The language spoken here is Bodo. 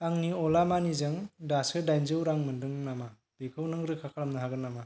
आंनि अला मानिजों दासो दाइनजौ रां मोनदों नामा बेखौ नों रोखा खालामनो हागोन नामा